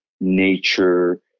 nature